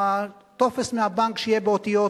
הטופס מהבנק שיהיה באותיות